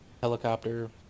helicopter